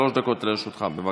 שלוש דקות לרשותך, בבקשה.